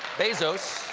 bezos.